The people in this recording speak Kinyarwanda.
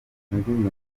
indirimbo